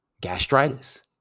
gastritis